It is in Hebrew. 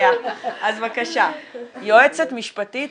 זה מאוד יעזור גם למטופלי הקנאביס הרפואי בארץ שיהיו יותר משאבים